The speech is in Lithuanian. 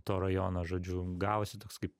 to rajono žodžiu gavosi toks kaip